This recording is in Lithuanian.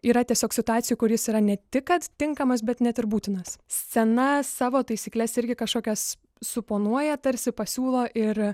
yra tiesiog situacijų kur jis yra ne tik kad tinkamas bet net ir būtinas scena savo taisykles irgi kažkokias suponuoja tarsi pasiūlo ir